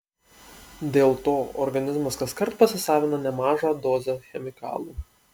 dėl to organizmas kaskart pasisavina nemažą dozę chemikalų